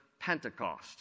Pentecost